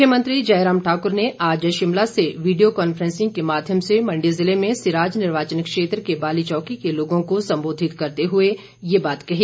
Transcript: मुख्यमंत्री जयराम ठाकुर ने आज शिमला से वीडियो कांफ्रेंसिंग के माध्यम से मंडी ज़िले में सिराज निर्वाचन क्षेत्र के बालीचौकी के लोगों को संबोधित करते हुए ये बात कही